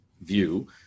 view